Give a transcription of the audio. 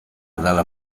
dalla